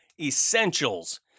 essentials